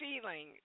feeling